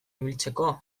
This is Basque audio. ibiltzeko